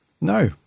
No